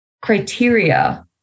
criteria